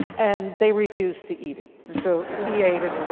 and they refused to eat it, so he ate it